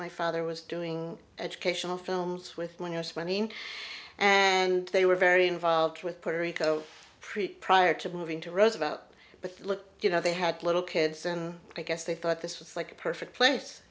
my father was doing educational films with when you're spending and they were very involved with puerto rico preet prior to moving to rows about but look you know they had little kids and i guess they thought this was like a perfect place